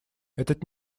этот